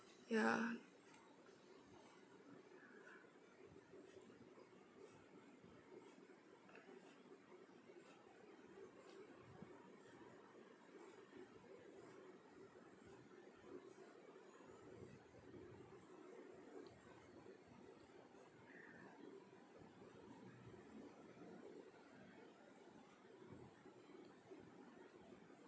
ya